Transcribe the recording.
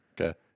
Okay